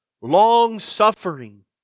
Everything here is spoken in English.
long-suffering